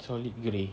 solid grey